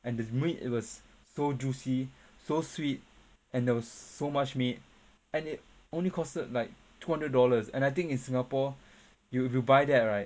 and its meat it was so juicy so sweet and there was so much meat and it only costed like two hundred dollars and I think in singapore you you buy that right